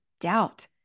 doubt